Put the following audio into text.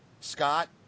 Scott